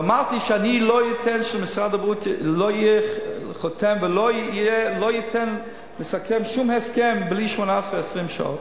ואמרתי שאני לא אתן שמשרד הבריאות יחתום ויסכם שום הסכם בלי 20-18 שעות,